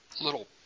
little